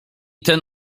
ten